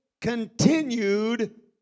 continued